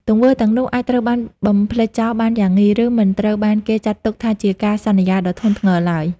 ទង្វើទាំងនោះអាចត្រូវបានបំភ្លេចចោលបានយ៉ាងងាយ ឬមិនត្រូវបានគេចាត់ទុកជាការសន្យាដ៏ធ្ងន់ធ្ងរឡើយ។